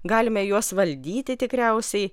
galime juos valdyti tikriausiai